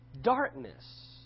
Darkness